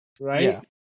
right